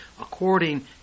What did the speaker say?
according